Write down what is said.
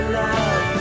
love